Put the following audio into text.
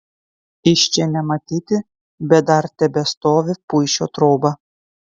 iš čia nematyti bet dar tebestovi puišio troba